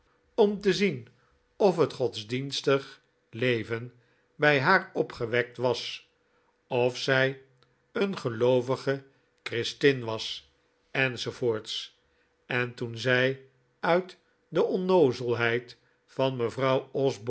om te zien of het godsdienstig leven bij haar opgewekt was of zij een geloovige christin was enz en toen zij uit de onnoozelheid van mevrouw